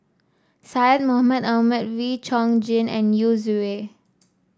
Syed Mohamed Ahmed Wee Chong Jin and Yu Zhuye